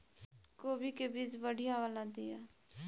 कोबी के बीज बढ़ीया वाला दिय?